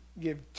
give